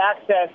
access